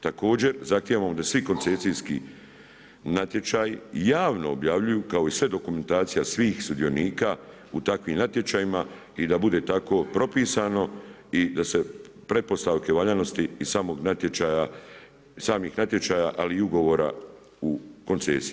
Također zahtijevamo da svi koncesijski natječaji javno objavljuju kao i sva dokumentacija svih sudionika u takvim natječajima i da bude tako propisano i da se pretpostavke valjanosti iz samih natječaja ali i ugovora u koncesiji.